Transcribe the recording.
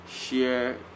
share